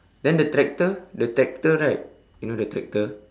then the tractor the tractor right you know the tractor